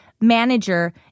manager